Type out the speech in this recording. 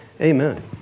Amen